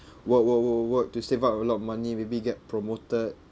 work work work work work to save up a lot of money maybe get promoted